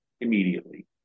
immediately